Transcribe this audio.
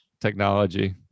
technology